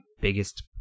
biggest